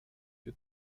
due